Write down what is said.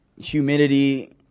humidity